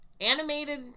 animated